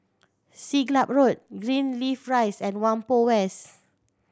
Siglap Road Greenleaf Rise and Whampoa West